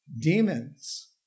demons